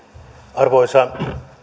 arvoisa